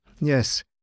Yes